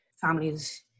families